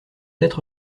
être